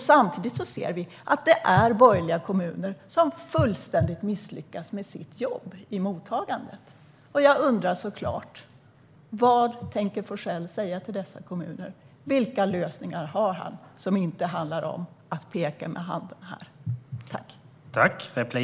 Samtidigt ser vi att det är borgerliga kommuner som fullständigt misslyckas med sitt jobb i mottagandet. Jag undrar såklart vad Forssell tänker säga till dessa kommuner. Vilka lösningar har han som inte handlar om att peka med handen här borta?